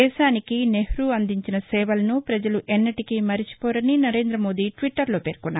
దేశానికి నెప్టూ అందించిన సేవలను ప్రజలు ఎన్నటికీ మరచిపోరని నరేందమోదీ ట్విట్టర్లో పేర్కొన్నారు